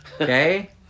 Okay